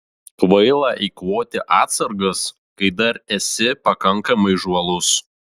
kvaila eikvoti atsargas kai dar esi pakankamai žvalus